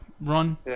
run